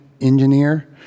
Engineer